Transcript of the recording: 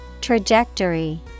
Trajectory